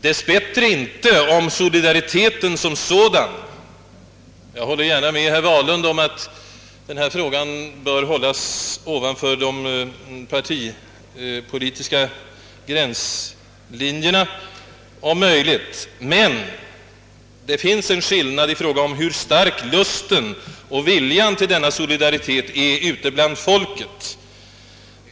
Dess bättre avser skillnaden inte solidariteten som sådan — jag håller gärna med herr Wahlund om att denna debatt om möjligt bör hållas ovanför de partipolitiska gränslinjerna — men det finns en skillnad i fråga om hur stark lusten och viljan till denna solidaritet är ute bland folket.